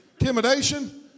intimidation